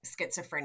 schizophrenia